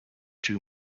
too